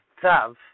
Tav